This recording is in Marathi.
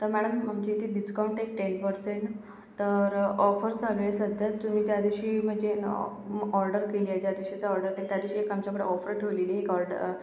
तर मॅडम आमच्या इथे डिस्काऊंट आहे टेन पर्सेंट तर ऑफर चालू आहे सध्या तुम्ही त्या दिवशी म्हणजे ऑर्डर केली आहे ज्या दिवशीच ऑर्डर आहे त्या दिवशी आमच्याकडे एक ऑफर ठेवलेली आहे